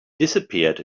disappeared